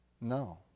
No